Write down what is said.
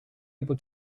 able